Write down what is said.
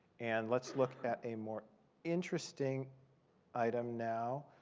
and let's look at a more interesting item now.